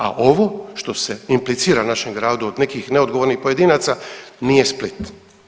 A ovo što se implicira našem gradu od nekih neodgovornih pojedinaca nije Split.